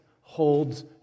holds